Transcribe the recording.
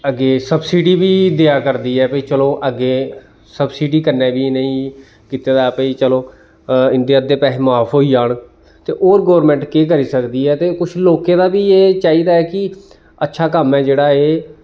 अग्गें सबसिडी बी देआ करदी ऐ भाई चलो अग्गें सबसिडी कन्नै बी इ'नेंगी कीते दा ऐ भाई चलो इं'दे अद्धे पैहे माफ होई जान ते होर गोरमैंट केह् करी सकदी ऐ ते कुछ लोकें दा बी एह् चाहिदा ऐ कि अच्छा कम्म ऐ जेह्ड़ा ऐ